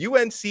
UNC